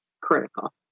critical